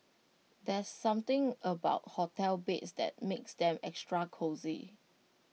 there's something about hotel beds that makes them extra cosy